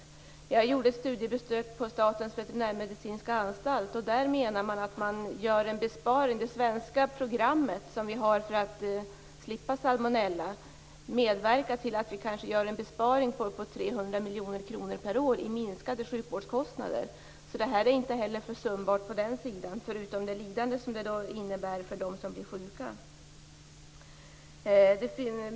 Jag har gjort ett studiebesök på Statens veterinärmedicinska anstalt. Där menar man att det svenska programmet för att slippa salmonella medverkar till att vi kanske gör en besparing på uppemot 300 miljoner kronor per år på sjukvårdskostnadssidan. Åtgärderna är alltså inte försumbara på den sidan heller. Dessutom blir det ju ett lidande för dem som blir sjuka.